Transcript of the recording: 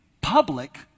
public